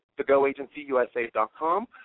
thegoagencyusa.com